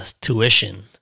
tuition